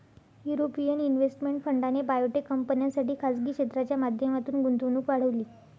European investment फंडाने biotech कंपन्यांसाठी खासगी क्षेत्राच्या माध्यमातून गुंतवणूक वाढवली